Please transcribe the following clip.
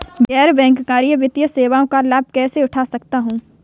गैर बैंककारी वित्तीय सेवाओं का लाभ कैसे उठा सकता हूँ?